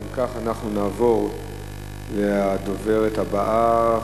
אם כך, נעבור לדוברת הבאה.